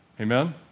Amen